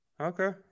Okay